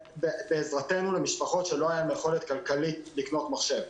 בעזרתנו למשפחות שלא הייתה להן יכולת כלכלית לקנות מחשב.